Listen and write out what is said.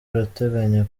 urateganya